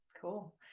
cool